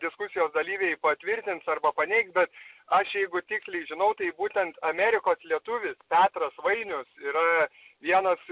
diskusijos dalyviai patvirtins arba paneigs bet aš jeigu tiksliai žinau tai būtent amerikos lietuvis petras vainius yra vienas